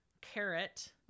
carrot